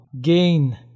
gain